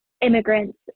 immigrants